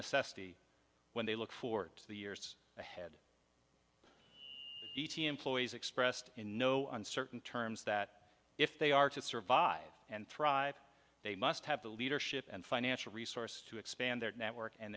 necessity when they look forward to the years ahead etiam ploys expressed in no uncertain terms that if they are to survive and thrive they must have the leadership and financial resources to expand their network and